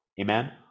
amen